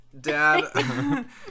Dad